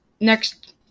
next